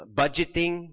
budgeting